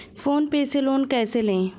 Phone पर से loan कैसे लें?